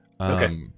okay